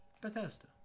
Bethesda